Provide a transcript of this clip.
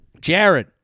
Jared